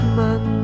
man